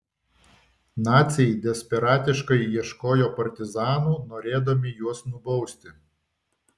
naciai desperatiškai ieškojo partizanų norėdami juos nubausti